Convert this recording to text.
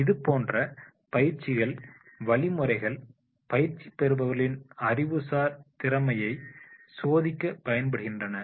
இதுபோன்ற பயிற்சிகள் வழிமுறைகள் பயிற்சி பெறுபவர்களின் அறிவுசார் திறமையை சோதிக்க பயன்படுகின்றன